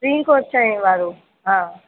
T खां छह वारो हा